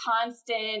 constant